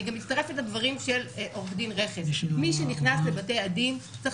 אני גם מצטרפת לדברים של עורך הדין רכס: מי שנכנס לבתי הדין צריך